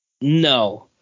No